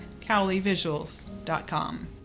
cowleyvisuals.com